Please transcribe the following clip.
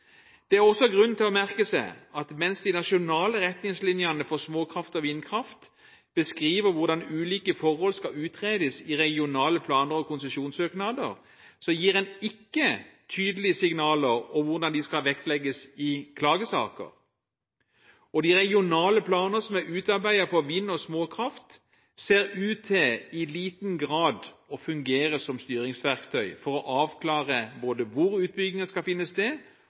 Det er også grunn til å merke seg at mens de nasjonale retningslinjene for småkraft og vindkraft beskriver hvordan ulike forhold skal utredes i regionale planer og konsesjonssøknader, gir en ikke tydelige signaler om hvordan de skal vektlegges i klagesaker. De regionale planene som er utarbeidet for vind- og småkraft, ser i liten grad ut til å fungere som styringsverktøy for å avklare både hvor utbyggingen skal finne sted